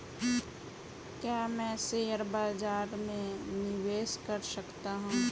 क्या मैं शेयर बाज़ार में निवेश कर सकता हूँ?